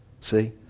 see